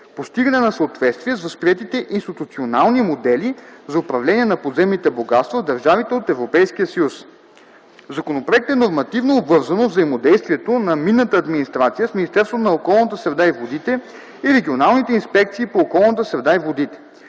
постигане на съответствие с възприетите институционални модели за управление на подземните богатства в държавите от Европейския съюз. В законопроекта е нормативно обвързано взаимодействието на минната администрация с Министерството на околната среда и водите и регионалните инспекции по околната среда и водите.